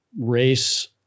race